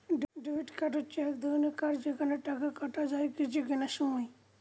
debit card হচ্ছে এক রকমের কার্ড যেখানে টাকা কাটা যায় কিছু কেনার সময়